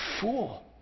fool